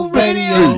radio